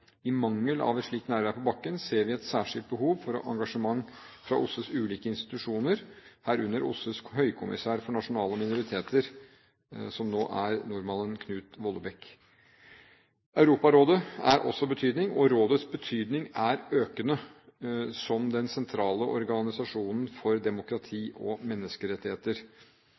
I mangel av et slikt nærvær på bakken ser vi et særskilt behov for engasjement fra OSSEs ulike institusjoner, herunder OSSEs høykommissær for nasjonale minoriteter, som nå er nordmannen Knut Vollebæk. Europarådet har også betydning, og rådets betydning er økende som den sentrale organisasjonen for demokrati og menneskerettigheter.